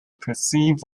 perceive